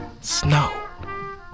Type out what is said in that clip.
Snow